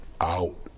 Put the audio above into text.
out